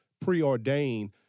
preordained